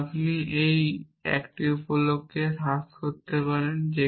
তারপর আপনি এটিকে একটি উপ লক্ষ্যে হ্রাস করতে পারেন